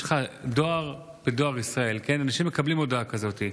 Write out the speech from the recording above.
בדואר ישראל אנשים מקבלים הודעה כזאת,